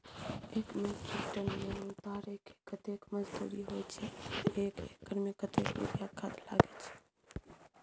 एक metric ton गेहूं उतारेके कतेक मजदूरी होय छै आर एक एकर में कतेक यूरिया खाद लागे छै?